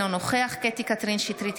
אינו נוכח קטי קטרין שטרית,